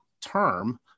term